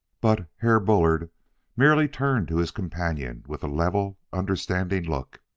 but herr bullard merely turned to his companion with a level, understanding look.